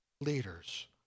leaders